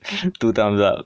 to download 了